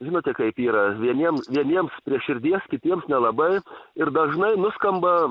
žinote kaip yra vieniem vieniems prie širdies kitiems nelabai ir dažnai nuskamba